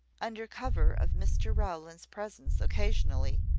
under cover of mr rowland's presence occasionally,